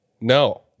No